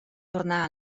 tornar